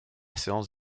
séance